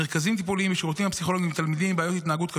מרכזים טיפוליים בשירותים הפסיכולוגיים לתלמידים עם בעיות התנהגות קשות.